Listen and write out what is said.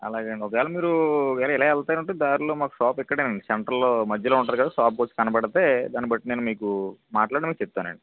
అలాగే అండి ఒకవేళ మీరూ వేరే ఇలా వెళ్తా నంటే దారిలో మాకు షాప్ ఇక్కడేనండి సెంటర్ లో మధ్యలో ఉంటుంది కదా షాప్ కు వచ్చి కనబడితే దాని బట్టి నేను మీకు మాట్లాడి మీకు చెప్తానండి